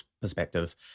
perspective